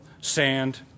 sand